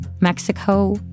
Mexico